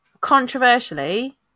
controversially